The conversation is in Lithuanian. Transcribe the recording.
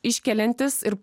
iškeliantis ir